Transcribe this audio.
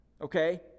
Okay